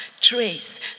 trace